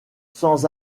sans